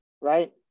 Right